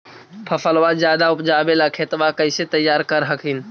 फसलबा ज्यादा उपजाबे ला खेतबा कैसे तैयार कर हखिन?